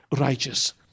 righteous